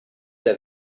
der